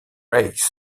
rays